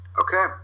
okay